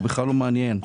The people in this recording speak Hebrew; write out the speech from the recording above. הוא לא מעניין.